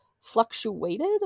Fluctuated